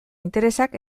interesak